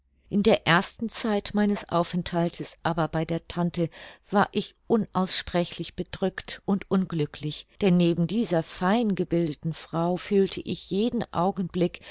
in der ersten zeit meines aufenthaltes aber bei der tante war ich unaussprechlich bedrückt und unglücklich denn neben dieser fein gebildeten frau fühlte ich jeden augenblick